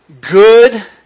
good